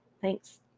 Thanks